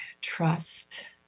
trust